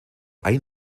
ein